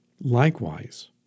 Likewise